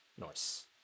Nice